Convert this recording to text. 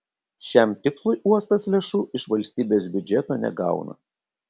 šiam tikslui uostas lėšų iš valstybės biudžeto negauna